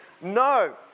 No